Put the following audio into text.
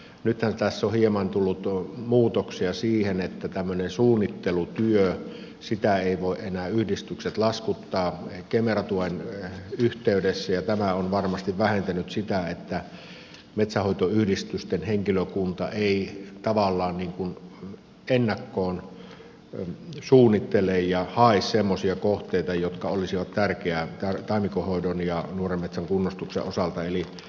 nythän tässä on hieman tullut muutoksia siihen että tämmöistä suunnittelutyötä eivät voi enää yhdistykset laskuttaa kemera tuen yhteydessä ja tämä on varmasti vähentänyt sitä että metsänhoitoyhdistysten henkilökunta tavallaan ennakkoon suunnittelee ja hakee semmoisia kohteita jotka olisivat tärkeitä taimikon hoidon ja nuoren metsän kunnostuksen osalta